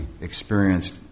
experienced